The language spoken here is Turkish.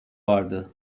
vardı